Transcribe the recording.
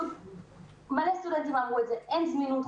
מלא סטודנטים אמרו לי: אין זמינות,